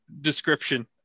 description